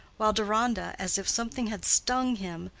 while deronda, as if something had stung him,